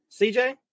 CJ